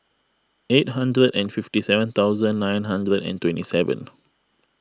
eight hundred and fifty seven thousand nine hundred and twenty seven